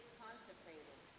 consecrated